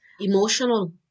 emotional